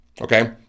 Okay